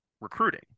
recruiting